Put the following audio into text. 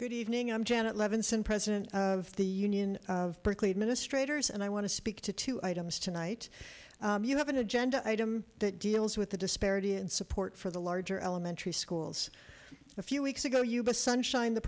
good evening i'm janet levinson president of the union of berkeley administrators and i want to speak to two items tonight you have an agenda item that deals with the disparity and support for the larger elementary schools a few weeks ago you both sunshine the